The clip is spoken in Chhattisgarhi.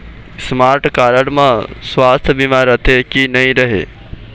स्मार्ट कारड म सुवास्थ बीमा रथे की नई रहे?